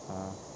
(uh huh)